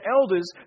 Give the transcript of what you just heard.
elders